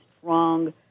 strong